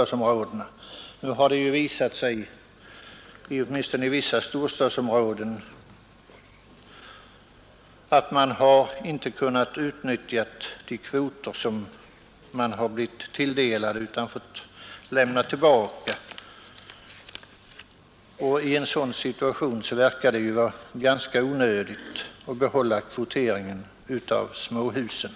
Det har nu åtminstone i vissa storstadsområden visat sig att man inte kunnat utnyttja de kvoter som man har blivit tilldelad utan fått lämna tillbaka av dessa. I en sådan situation verkar det ju vara ganska onödigt att behålla kvoteringen av småhusen.